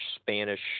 Spanish